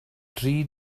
dri